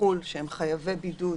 מחו"ל שהם חייבי בידוד